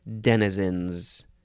denizens